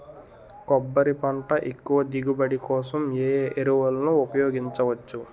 కొబ్బరి పంట ఎక్కువ దిగుబడి కోసం ఏ ఏ ఎరువులను ఉపయోగించచ్చు?